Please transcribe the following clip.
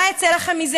מה יצא לכם מזה?